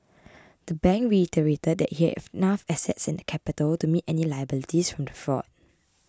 the bank reiterated that it had enough assets and capital to meet any liabilities from the fraud